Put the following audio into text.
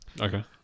Okay